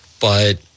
But-